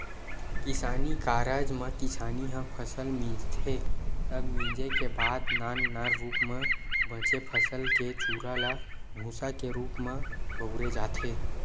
किसानी कारज म किसान ह फसल मिंजथे तब मिंजे के बाद नान नान रूप म बचे फसल के चूरा ल भूंसा के रूप म बउरे जाथे